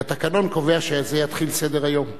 כי התקנון קובע שבזה יתחיל סדר-היום.